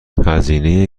هزینه